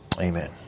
Amen